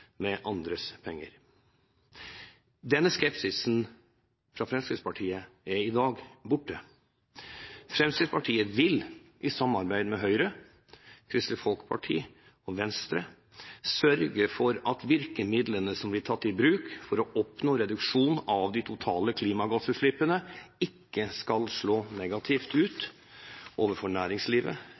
med andres penger. Denne skepsisen fra Fremskrittspartiet er i dag borte. Fremskrittspartiet vil i samarbeid med Høyre, Kristelig Folkeparti og Venstre sørge for at virkemidlene som blir tatt i bruk for å oppnå reduksjon av de totale klimagassutslippene, ikke skal slå negativt ut overfor næringslivet